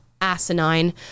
asinine